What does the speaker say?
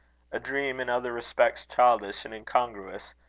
a dream in other respects childish and incongruous,